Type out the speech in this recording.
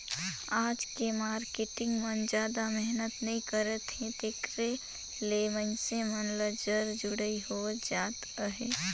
आज के मारकेटिंग मन जादा मेहनत नइ करत हे तेकरे ले मइनसे मन ल जर जुड़ई होवत जात अहे